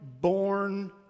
born